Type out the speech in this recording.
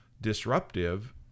disruptive